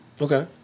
Okay